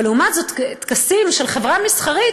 אבל לעומת זאת טקסים של חברה מסחרית,